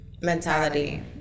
mentality